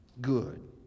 good